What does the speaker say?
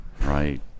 right